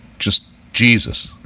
just jesus,